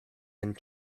and